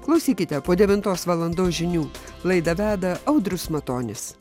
klausykite po devintos valandos žinių laidą veda audrius matonis